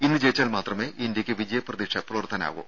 ഇന്ന് ജയിച്ചാൽ മാത്രമേ ഇന്ത്യക്ക് വിജയ പ്രതീക്ഷ പുലർത്താനാകു